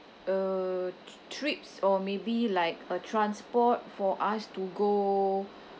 uh tr~ trips or maybe like a transport for us to go